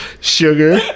sugar